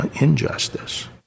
injustice